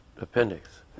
appendix